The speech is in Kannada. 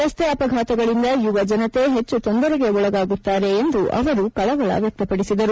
ರಸ್ತೆ ಅಪಘಾತಗಳಿಂದ ಯುವ ಜನತೆ ಹೆಚ್ಚು ತೊಂದರೆಗೆ ಒಳಗಾಗುತ್ತಾರೆ ಎಂದು ಅವರು ಕಳವಳ ವ್ಯಕ್ತಪಡಿಸಿದರು